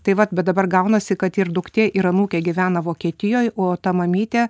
tai vat bet dabar gaunasi kad ir duktė ir anūkė gyvena vokietijoj o ta mamytė